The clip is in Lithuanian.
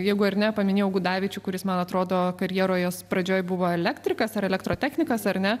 jeigu ar ne paminėjau gudavičių kuris man atrodo karjeros pradžioj buvo elektrikas ar elektrotechnikas ar ne